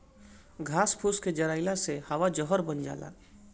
घास फूस के जरइले से हवा जहर बन जाला